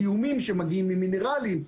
זיהומים שמגיעים ממינרליים,